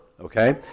okay